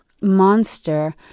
monster